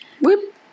Whoop